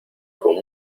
con